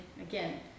again